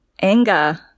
anger